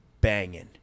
banging